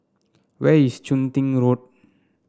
where is Chun Tin Road